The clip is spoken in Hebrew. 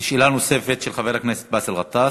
שאלה נוספת של חבר הכנסת באסל גטאס.